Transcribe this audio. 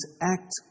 act